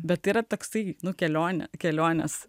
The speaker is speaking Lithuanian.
bet yra toks tai nu kelionėkeliones